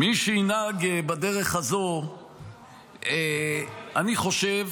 מי שינהג בדרך הזאת, אני חושב